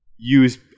Use